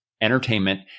Entertainment